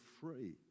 free